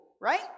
right